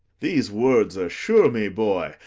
these words assure me, boy,